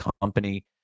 company